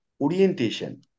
orientation